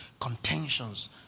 Contentions